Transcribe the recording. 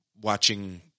watching